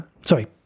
Sorry